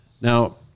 Now